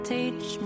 teach